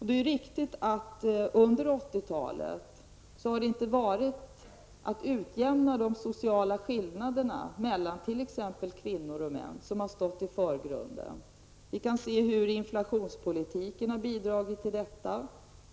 Det är riktigt att utjämningen av de sociala skillanderna mellan t.ex. kvinnor och män inte har stått i förgrunden under 80-talet. Vi kan se hur inflationspolitiken har bidragit till detta.